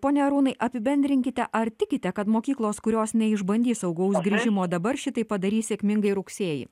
pone arūnai apibendrinkite ar tikite kad mokyklos kurios neišbandys saugaus grįžimo dabar šitai padarys sėkmingai rugsėjį